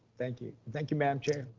thank you. thank you madam chair.